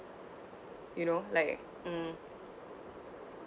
you know like mm